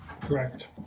Correct